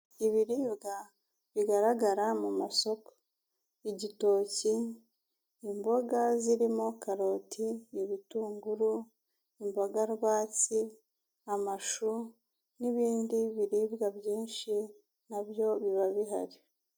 Ibiribwa bigaragara mu masoko igitoki, imboga zirimo karoti, ibitunguru imboga rwatsi, amashu n'ibindi biribwa byinshi na byo biba bihari.